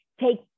take